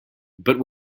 but